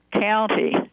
county